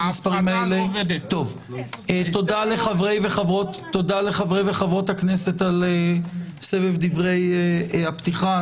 תודה לחברי וחברות הכנסת על סבב דברי הפתיחה.